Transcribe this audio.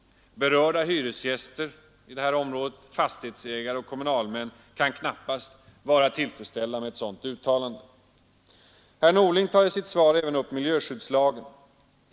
Berörda hyresgäster i detta fall, fastighetsägare och kommunalmän kan knappast vara tillfredsställda med ett sådant uttalande. Statsrådet Norling tar i sitt svar även upp miljöskyddslagen.